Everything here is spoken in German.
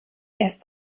erst